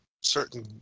certain